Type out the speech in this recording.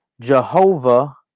Jehovah